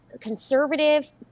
conservative